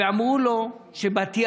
ואמרו לו שבתיעדוף,